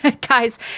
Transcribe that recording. guys